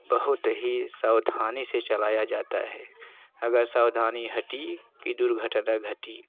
बहुत ही सावधानी से चलाया जाता है अगर सावधानी हटी कि दुर्घटना घटी